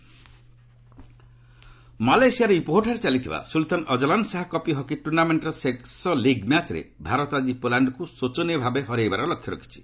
India hockey ମାଲେସିଆର ଇପୋହୋଠାରେ ଚାଲିଥିବା Sultan Azlan Shah cup hockey ଟ୍ରର୍ଣ୍ଣାମେଣ୍ଟର ଶେଷ ଲିଗ୍ ମ୍ୟାଚ୍ରେ ଭାରତ ଆଜି ପୋଲାଣ୍ଡକ୍ ସୋଚନୀୟ ଭାବେ ହରାଇବାର ଲକ୍ଷ୍ୟ ରଖିଛି